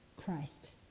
Christ